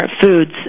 foods